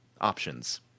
options